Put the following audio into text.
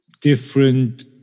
different